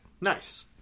Nice